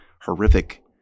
horrific